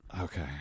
okay